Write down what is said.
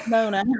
Mona